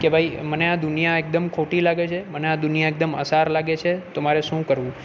કે ભાઈ મને આ દુનિયા એકદમ ખોટી લાગે છે મને આ દુનિયા એકદમ અસાર લાગે છે તો મારે શું કરવું